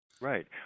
Right